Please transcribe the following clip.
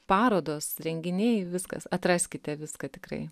parodos renginiai viskas atraskite viską tikrai